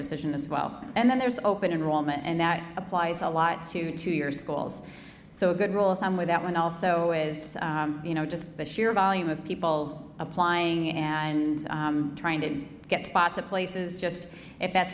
decision as well and then there's open enrollment and that applies a lot to to your schools so a good rule of thumb with that one also is you know just the sheer volume of people applying and trying to get spots at places just if that's